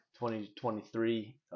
2023